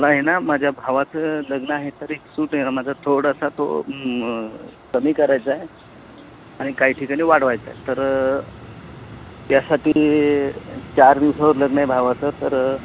मला आहे ना माझ्या भावाचं लग्न आहे तर एक सूट आहे ना माझा थोडासा तो कमी करायचाय आणि काही ठिकाणी वाढवायचा आहे तर यासाठी चार दिवसावर लग्न आहे भावाचं तर